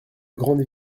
grandes